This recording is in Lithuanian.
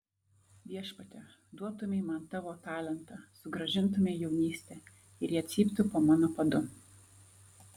viešpatie duotumei man tavo talentą sugrąžintumei jaunystę ir jie cyptų po mano padu